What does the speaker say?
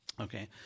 Okay